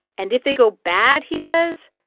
and if they go bad, he says,